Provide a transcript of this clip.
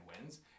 wins